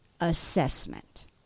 assessment